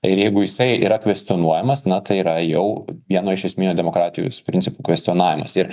ir jeigu jisai yra kvestionuojamas na tai yra jau vieno iš esminių demokratijos principų kvestionavimas ir